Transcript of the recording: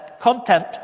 Content